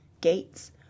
gates